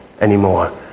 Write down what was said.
anymore